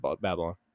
Babylon